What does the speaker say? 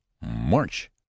march